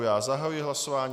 Já zahajuji hlasování.